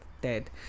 dead